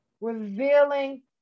revealing